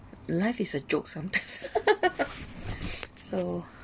life is a joke sometimes so